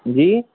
جی